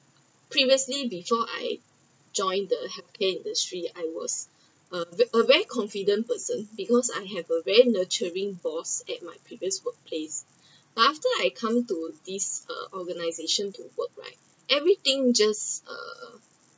previously before I joined the health care industry I was a a very confident person because I have a very nurturing boss at my previous work place but after I come to this uh organisation to work right everything just uh